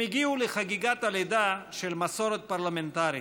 הם הגיעו לחגיגת הלידה של מסורת פרלמנטרית: